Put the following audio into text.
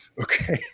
okay